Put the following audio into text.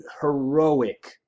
heroic